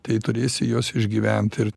tai turėsi juos išgyvent ir